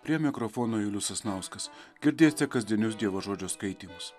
prie mikrofono julius sasnauskas girdėsite kasdienius dievo žodžio skaitymus